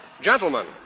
Gentlemen